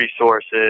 resources